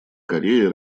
корея